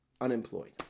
unemployed